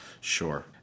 Sure